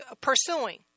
pursuing